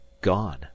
Gone